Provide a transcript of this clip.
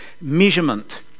measurement